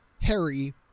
Harry